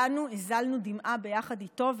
כולנו הזלנו דמעה ביחד איתו,